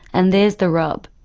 and there's the rub.